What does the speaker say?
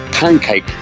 pancake